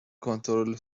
کنترل